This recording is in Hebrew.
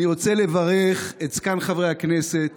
אני רוצה לברך את זקן חברי הכנסת